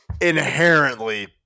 inherently